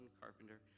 Carpenter